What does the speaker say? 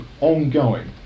ongoing